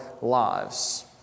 lives